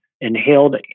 inhaled